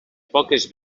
poques